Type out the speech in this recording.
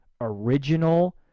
original